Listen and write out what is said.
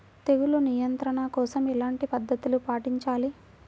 తెగులు నియంత్రణ కోసం ఎలాంటి పద్ధతులు పాటించాలి?